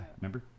Remember